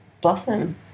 blossom